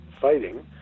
fighting